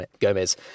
Gomez